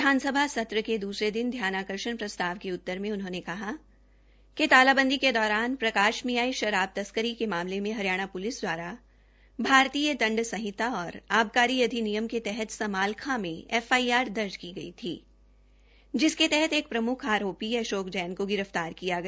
विधानसभा सत्र के द्सरे दिन ध्यानाकर्षण प्रस्ताव का उत्तर में उनहोंने कहा कि तालाबंदी के दौरान प्रकाश में आये शराब तस्करी के मामले में हरियाणा प्लिस दवारा भारतीय दंड सहित और आबकारी अधिनियम के तहत समालखां में एफआईआर दर्ज की गई थी जिसके तहत एक प्रम्ख आरोपी अशोक जैन को गिर फ्तार किया गया